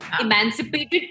emancipated